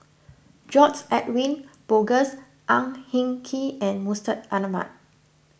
George Edwin Bogaars Ang Hin Kee and Mustaq Ahmad